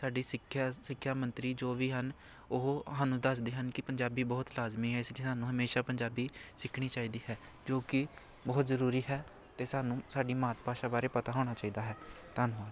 ਸਾਡੀ ਸਿੱਖਿਆ ਸਿੱਖਿਆ ਮੰਤਰੀ ਜੋ ਵੀ ਹਨ ਉਹ ਸਾਨੂੰ ਦੱਸਦੇ ਹਨ ਕਿ ਪੰਜਾਬੀ ਬਹੁਤ ਲਾਜ਼ਮੀ ਹੈ ਇਸ ਲਈ ਸਾਨੂੰ ਹਮੇਸ਼ਾ ਪੰਜਾਬੀ ਸਿੱਖਣੀ ਚਾਹੀਦੀ ਹੈ ਜੋ ਕਿ ਬਹੁਤ ਜ਼ਰੂਰੀ ਹੈ ਅਤੇ ਸਾਨੂੰ ਸਾਡੀ ਮਾਤ ਭਾਸ਼ਾ ਬਾਰੇ ਪਤਾ ਹੋਣਾ ਚਾਹੀਦਾ ਹੈ ਧੰਨਵਾਦ